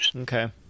Okay